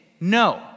No